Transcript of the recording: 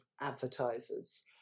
advertisers